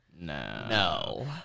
No